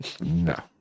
no